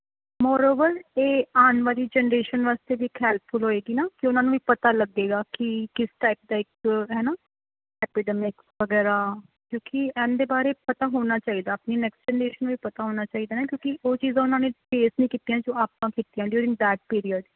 moreover ਇਹ ਆਉਣ ਵਾਲੀ ਜਨਰੇਸ਼ਨ ਵਾਸਤੇ ਵੀ ਹੈਲਪਫੁਲ ਹੋਏਗੀ ਨਾ ਕਿ ਉਹਨਾਂ ਨੂੰ ਵੀ ਪਤਾ ਲੱਗੇਗਾ ਕਿ ਕਿਸ ਟਾਈਪ ਦਾ ਇੱਕ ਹੈ ਨਾ ਐਪੀਡੈਮਿਕ ਵਗੈਰਾ ਕਿਉਂਕਿ ਇਹਦੇ ਬਾਰੇ ਪਤਾ ਹੋਣਾ ਚਾਹੀਦਾ ਆਪਣੀ ਨੈਕਸਟ ਜਨਰੇਸ਼ਨ ਨੂੰ ਵੀ ਪਤਾ ਹੋਣਾ ਚਾਹੀਦਾ ਕਿਉਂਕਿ ਉਹ ਚੀਜ਼ਾਂ ਉਹਨਾਂ ਨੇ ਫੇਸ ਨਹੀਂ ਕੀਤੀਆਂ ਜੋ ਆਪਾਂ ਕੀਤੀਆਂ ਡੀਯੂਰਿੰਗ ਦੈਟ ਪੀਰੀਅਡ